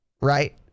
right